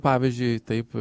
pavyzdžiui taip